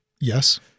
Yes